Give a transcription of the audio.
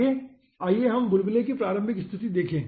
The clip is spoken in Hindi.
आगे आइए हम बुलबुले की प्रारंभिक स्थिति देखें